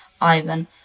ivan